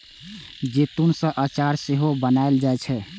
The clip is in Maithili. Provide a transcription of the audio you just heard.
जैतून सं अचार सेहो बनाएल जाइ छै